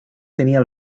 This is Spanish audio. tenía